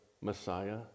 Messiah